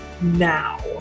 now